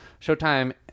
showtime